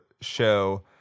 show